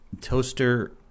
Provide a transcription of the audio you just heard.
Toaster